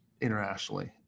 internationally